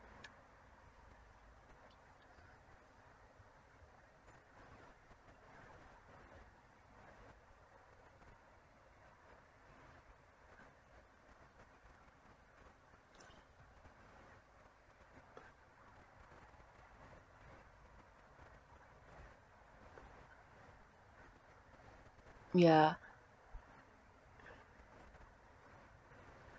ya